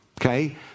Okay